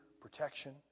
protection